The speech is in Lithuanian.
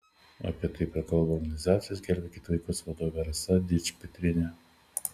apie tai prakalbo organizacijos gelbėkit vaikus vadovė rasa dičpetrienė